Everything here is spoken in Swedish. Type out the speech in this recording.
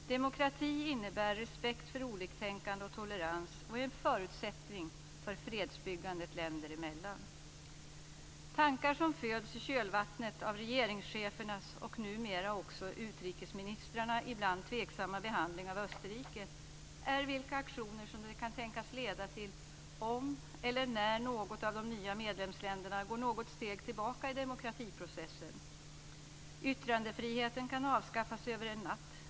Demokrati innebär respekt för oliktänkande och tolerans och är en förutsättning för fredsbyggandet länder emellan. Tankar som föds i kölvattnet av regeringschefernas och numera också utrikesministrarnas ibland tveksamma behandling av Österrike är vilka aktioner det kan tänkas leda till om eller när något av de nya medlemsländerna går något steg tillbaka i demokratiprocessen. Yttrandefriheten kan avskaffas över en natt.